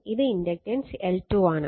ഇത് inductance L2 ആണ്